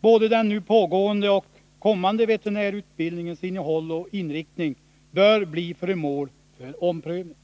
Både den nu pågående och den kommande veterinärutbildningens innehåll och inriktning bör bli föremål för omprövning.